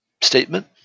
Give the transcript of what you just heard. statement